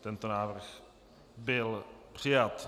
Tento návrh byl přijat.